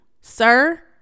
sir